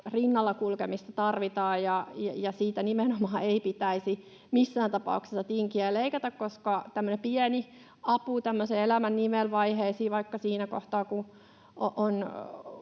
rinnalla kulkemista tarvitaan, ja siitä nimenomaan ei pitäisi missään tapauksessa tinkiä ja leikata, koska tämmöinen pieni apu auttaa tämmöisiin elämän nivelvaiheisiin, vaikka siinä kohtaa,